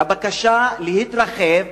הבקשה להתרחב,